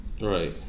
Right